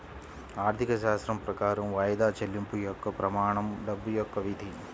ఆర్థికశాస్త్రం ప్రకారం వాయిదా చెల్లింపు యొక్క ప్రమాణం డబ్బు యొక్క విధి